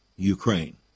Ukraine